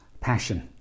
passion